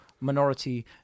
minority